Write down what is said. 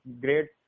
great